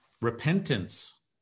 repentance